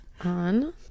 On